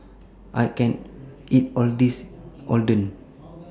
I can't eat All of This Oden